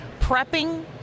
Prepping